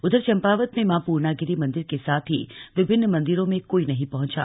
उधर चंपावत में मां पूर्णागिरि मन्दिर के साथ ही विभिन्न मंदिरों कोई नहीं पहुंचा